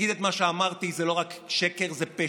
ולהגיד את מה שאמרתי, זה לא רק שקר, זה פשע.